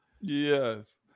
Yes